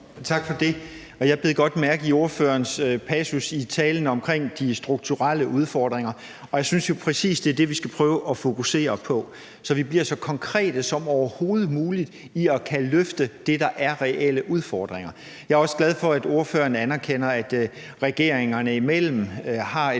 Tak for det. Jeg bed godt mærke i ordførerens passus i talen om de strukturelle udfordringer, og jeg synes jo præcis, at det er det, vi skal prøve at fokusere på – så vi bliver så konkrete som overhovedet muligt med hensyn til at kunne løfte det, der er reelle udfordringer. Jeg er også glad for, at ordføreren anerkender, at vi regeringerne imellem har et